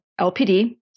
LPD